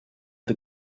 the